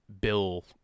bill